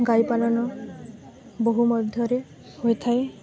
ଗାଈ ପାାଳନ ବହୁ ମଧ୍ୟରେ ହୋଇଥାଏ